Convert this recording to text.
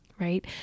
right